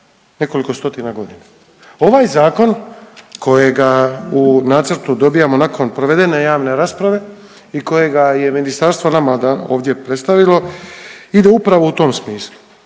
nekoliko stotina godina. Ovaj zakon kojega u nacrtu dobijamo nakon provedene javne rasprave i kojega je ministarstvo nama ovdje predstavilo ide upravo u tom smislu,